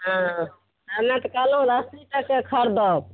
हँ हम उएह तऽ कहलहुँ अस्सी टके खरीदब